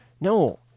No